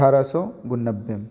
अट्ठारह सौ नब्बे